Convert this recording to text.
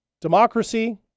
democracy